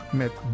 met